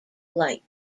light